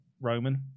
Roman